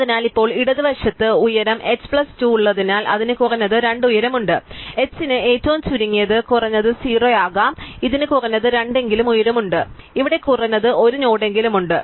അതിനാൽ ഇപ്പോൾ ഇടതുവശത്ത് ഉയരം h പ്ലസ് 2 ഉള്ളതിനാൽ അതിന് കുറഞ്ഞത് 2 ഉയരം ഉണ്ട് h ന് ഏറ്റവും ചുരുങ്ങിയത് കുറഞ്ഞത് 0 ആകാം അതിനാൽ ഇതിന് കുറഞ്ഞത് 2 എങ്കിലും ഉയരം ഉണ്ട് അതിനാൽ ഇവിടെ കുറഞ്ഞത് 1 നോഡെങ്കിലും ഉണ്ട്